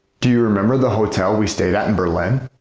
do you remember the hotel we stayed at in berlin?